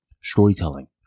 storytelling